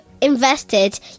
invested